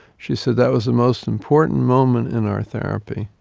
she said, that was the most important moment in our therapy.